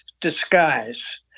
disguise